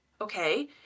Okay